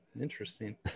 Interesting